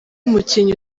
mukinnyi